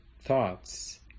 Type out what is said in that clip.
thoughts